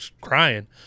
crying